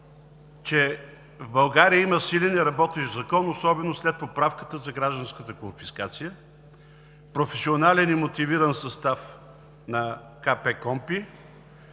че в България има силен и работещ Закон, особено след поправката за гражданската конфискация, професионален и мотивиран състав на КПКОНПИ,